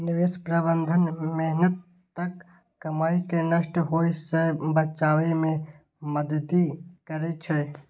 निवेश प्रबंधन मेहनतक कमाई कें नष्ट होइ सं बचबै मे मदति करै छै